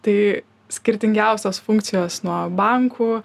tai skirtingiausios funkcijos nuo bankų